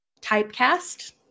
typecast